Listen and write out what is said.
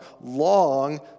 long